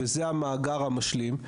וזה המאגר המשלים,